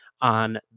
on